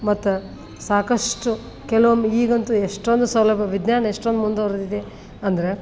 ಮತ್ತು ಸಾಕಷ್ಟು ಕೆಲವೊಮ್ಮೆ ಈಗಂತೂ ಎಷ್ಟೊಂದು ಸೌಲಭ್ಯ ವಿಜ್ಞಾನ ಎಷ್ಟೊಂದು ಮುಂದುವರೆದಿದೆ ಅಂದ್ರೆ